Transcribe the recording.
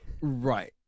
Right